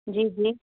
जी जी